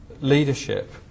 leadership